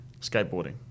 Skateboarding